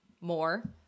more